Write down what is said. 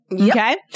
Okay